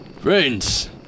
Friends